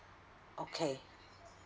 okay